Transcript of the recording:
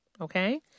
okay